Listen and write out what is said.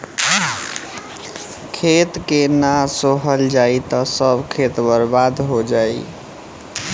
खेत के ना सोहल जाई त सब खेत बर्बादे हो जाई